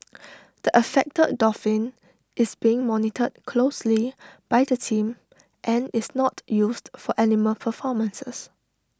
the affected dolphin is being monitored closely by the team and is not used for animal performances